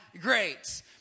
greats